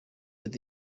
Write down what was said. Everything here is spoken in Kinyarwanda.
ati